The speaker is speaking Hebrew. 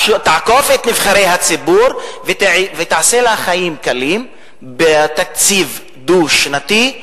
תעקוף את נבחרי הציבור ותעשה לה חיים קלים בתקציב דו-שנתי,